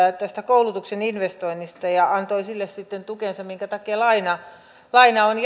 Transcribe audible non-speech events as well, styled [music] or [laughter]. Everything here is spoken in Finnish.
tästä koulutukseen investoinnista ja antoi sille sitten tukeansa minkä takia laina on [unintelligible]